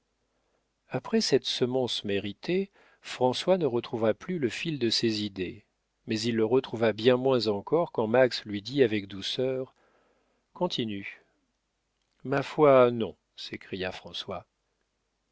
après cette semonce méritée françois ne retrouva plus le fil de ses idées mais il le retrouva bien moins encore quand max lui dit avec douceur continue ma foi non s'écria françois